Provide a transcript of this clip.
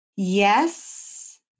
yes